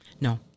no